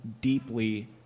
deeply